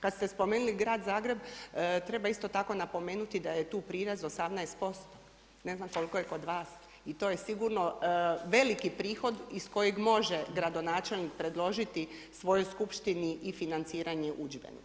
Kada ste spomenuli grad Zagreb treba isto tako napomenuti da je tu prirez 18%, ne znam koliko je kod vas i to je sigurno veliki prihod iz kojeg može gradonačelnik predložiti svojoj skupštini i financiranje udžbenika.